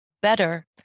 better